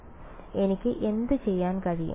അതിനാൽ എനിക്ക് എന്തുചെയ്യാൻ കഴിയും